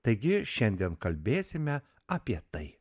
taigi šiandien kalbėsime apie tai